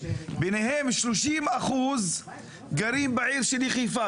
ביניהם 30% גרים בעיר שלי חיפה,